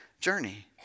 journey